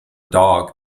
dog